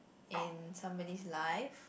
in somebody's life